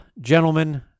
gentlemen